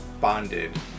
bonded